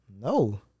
No